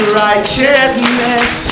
righteousness